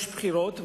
יש בחירות,